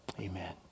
Amen